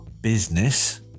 business